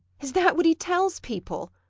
is that what he tells people!